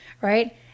right